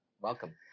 Welcome